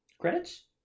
Credits